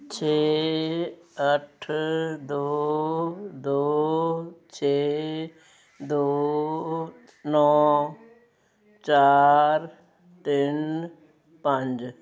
ਛੇ ਅੱਠ ਦੋ ਦੋ ਛੇ ਦੋ ਨੌਂ ਚਾਰ ਤਿੰਨ ਪੰਜ